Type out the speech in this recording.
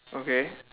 okay